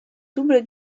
double